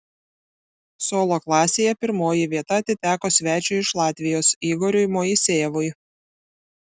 solo klasėje pirmoji vieta atiteko svečiui iš latvijos igoriui moisejevui